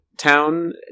Town